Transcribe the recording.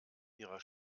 ihrer